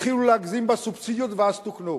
התחילו להגזים בסובסידיות, ואז דברים תוקנו.